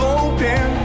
open